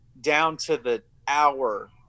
down-to-the-hour